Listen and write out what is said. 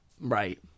Right